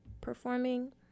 performing